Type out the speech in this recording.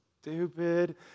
stupid